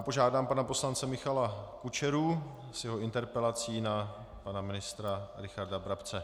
Požádám pana poslance Michala Kučeru s jeho interpelací na pana ministra Richarda Brabce.